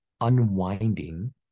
unwinding